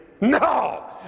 no